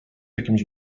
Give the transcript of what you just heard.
jakimś